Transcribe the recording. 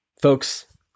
Folks